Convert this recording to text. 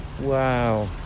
Wow